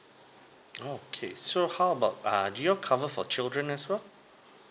okay so how about err do you all cover for children as well